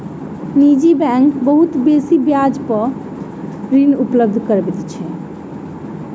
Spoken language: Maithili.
निजी बैंक बहुत बेसी ब्याज पर ऋण उपलब्ध करबैत अछि